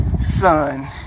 son